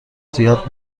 زیاد